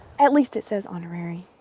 at least it says honorary.